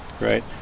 right